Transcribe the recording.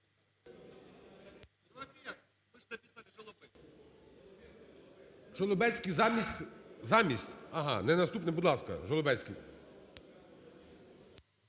Жолобецький замість… Замість? Ага, ее наступний. Будь ласка, Жолобецький.